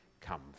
come